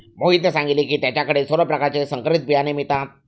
मोहितने सांगितले की त्याच्या कडे सर्व प्रकारचे संकरित बियाणे मिळतात